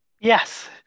Yes